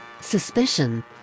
Suspicion